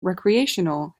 recreational